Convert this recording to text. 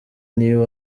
new